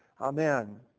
Amen